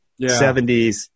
70s